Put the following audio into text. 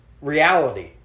reality